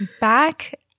back